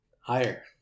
higher